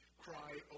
cry